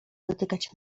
dotykać